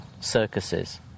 circuses